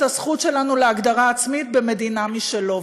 הזכות שלנו להגדרה עצמית במדינה משלו.